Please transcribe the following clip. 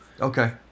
Okay